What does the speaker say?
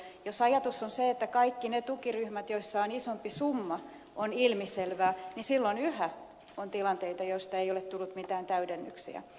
jos ajatus on se että kaikkien niiden tukiryhmien osalta joissa on isompi summa asia on ilmiselvä niin silloin yhä on tilanteita joista ei ole tullut mitään täydennyksiä